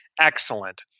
Excellent